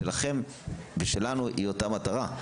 שלכם ושלנו היא אותה מטרה,